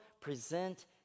present